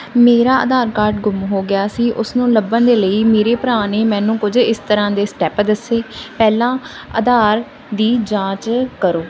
ਮੇਰਾ ਆਧਾਰ ਕਾਰਡ ਗੁੰਮ ਹੋ ਗਿਆ ਸੀ ਉਸ ਨੂੰ ਲੱਭਣ ਦੇ ਲਈ ਮੇਰੇ ਭਰਾ ਨੇ ਮੈਨੂੰ ਕੁਝ ਇਸ ਤਰ੍ਹਾਂ ਦੇ ਸਟੈਪ ਦੱਸੇ ਪਹਿਲਾਂ ਆਧਾਰ ਦੀ ਜਾਂਚ ਕਰੋ